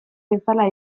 bezala